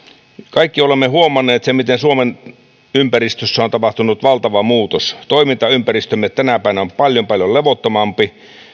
kaikki olemme huomanneet sen miten suomen ympäristössä on tapahtunut valtava muutos toimintaympäristömme tänä päivänä on paljon paljon levottomampi